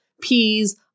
Peas